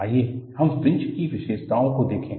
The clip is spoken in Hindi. आइए हम फ्रिंज की विशेषताओं को देखें